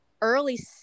early